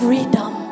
Freedom